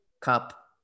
cup